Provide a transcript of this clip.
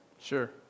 Sure